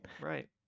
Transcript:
Right